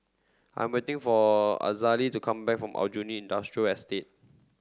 I'm waiting for Azalee to come back from Aljunied Industrial Estate